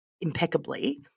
impeccably